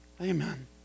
Amen